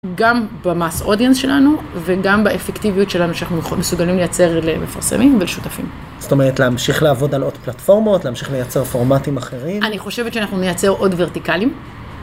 גם, ב- mass audience שלנו, וגם באפקטיביות שלנו שאנחנו מחו-מסוגלים לייצר למפרסמים ולשותפים. זאת אומרת להמשיך לעבוד על עוד פלטפורמות, להמשיך לייצר פורמטים אחרים? אני חושבת שאנחנו נייצר עוד ורטיקלים.